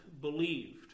believed